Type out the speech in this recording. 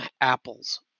apples